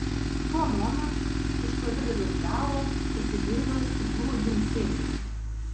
tuo momentu iš koridoriaus galo pasigirdo stiklų dzingsėjimas